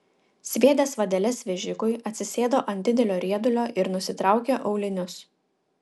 sviedęs vadeles vežikui atsisėdo ant didelio riedulio ir nusitraukė aulinius